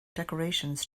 decorations